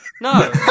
No